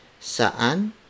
Saan